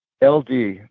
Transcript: LD